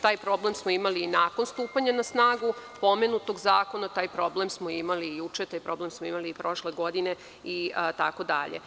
Taj problem smo imali i nakon stupanja na snagu pomenutog zakona, taj problem smo imali i juče, taj problem smo imali i prošle godine, itd.